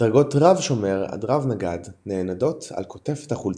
דרגות רב-שומר עד רב-נגד נענדות על כותפות החולצה,